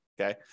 okay